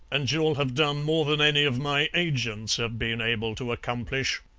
and you'll have done more than any of my agents have been able to accomplish.